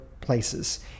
places